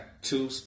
two